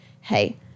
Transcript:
hey